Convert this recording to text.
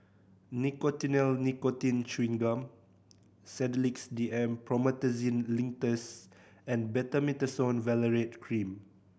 Nicotinell Nicotine Chewing Gum Sedilix D M Promethazine Linctus and Betamethasone Valerate Cream